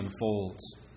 unfolds